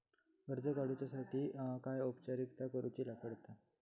कर्ज काडुच्यासाठी काय औपचारिकता करुचा पडता?